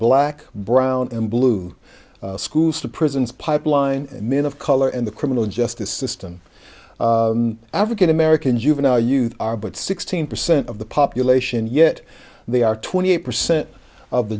black brown and blue schools to prisons pipeline made of color in the criminal justice system african american juvenile you are but sixteen percent of the population yet they are twenty eight percent of the